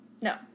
No